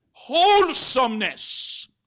Wholesomeness